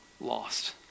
lost